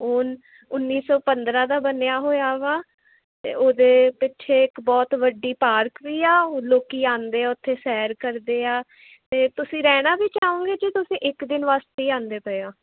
ਉਹ ਉੱਨੀ ਸੌ ਪੰਦਰਾਂ ਦਾ ਬਣਿਆ ਹੋਇਆ ਵਾ ਅਤੇ ਉਹਦੇ ਪਿੱਛੇ ਇੱਕ ਬਹੁਤ ਵੱਡੀ ਪਾਰਕ ਵੀ ਆ ਲੋਕੀ ਆਉਂਦੇ ਉੱਥੇ ਸੈਰ ਕਰਦੇ ਆ ਅਤੇ ਤੁਸੀਂ ਰਹਿਣਾ ਵੀ ਚਾਹੋਗੇ ਜੇ ਤੁਸੀਂ ਇੱਕ ਦਿਨ ਵਾਸਤੇ ਆਉਂਦੇ ਪਏ ਹੋ